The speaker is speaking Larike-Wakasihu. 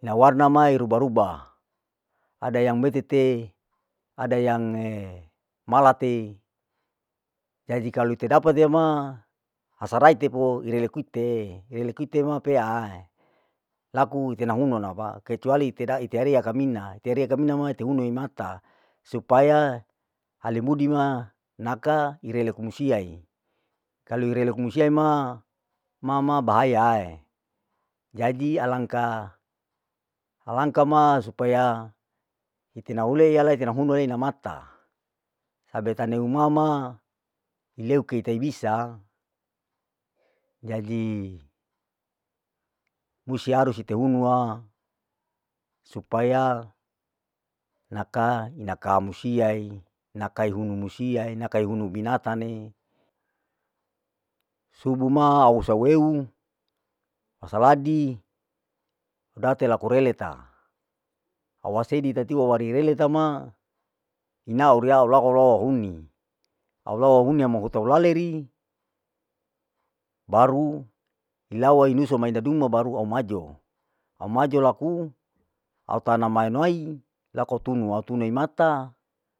nawarna mae ruba ruba, ada yang metete ada yang malate, jadi kalu ite dapate ma, hasaraitepu irele kuite, irele kuite ma pea, laku ite nahuma napa kecuali ite da ite ariya kamina, ite ariya kamina ma ite huna imata, supaya halemudi ma naka irele kumusiae, kalu irele kumusia ema, mama bahayae, jadi alangka, alangka ma supaya ite ne yahule yala ite ite nahunue na mata, abetaneu mama ileiku tai bisa, jadi musti harus ite unua supaya naka, inaka musiae, inaka ihunu musiae, inaka ihunu binatane, subu ma au saweu, wasaladi, date lakorele ta awa sedi tatiu awari releta ma ilao huni mo hutou lale ri, baru ilawa iusu indaduma baru au maju, au maju naku, au tanam mainoio laku tunu au tu e mata.